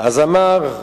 ואז אמר: